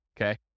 Okay